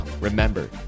Remember